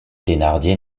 thénardier